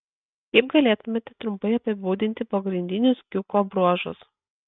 kaip galėtumėte trumpai apibūdinti pagrindinius kiukio bruožus